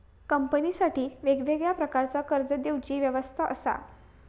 कंपनीसाठी वेगळ्या प्रकारचा कर्ज देवची व्यवस्था असा